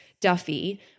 Duffy